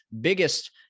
biggest